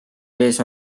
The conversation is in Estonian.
vees